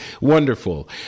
wonderful